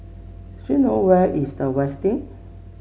do you know where is The Westin